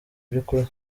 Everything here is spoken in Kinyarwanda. by’ukuri